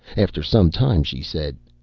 after some time she said,